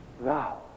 Thou